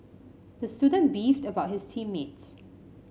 the student beefed about his team mates